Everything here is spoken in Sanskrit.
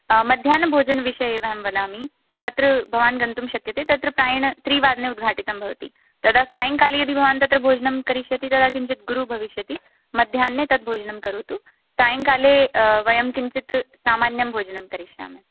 मध्याह्नभोजनविषये एव अहं वदामि तत्र भवान् गन्तुं शक्यते तत्र प्रायेण त्रिवादने उद्घाटितं भवति तदा सायङ्काले यदि भवान् तत्र भोजनं करिष्यति तदा किञ्चित् गुरु भविष्यति मध्याह्ने तद्भोजनं करोतु सायङ्काले वयं किञ्चित् सामान्यं भोजनं करिष्यामः